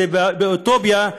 זה באוטופיה,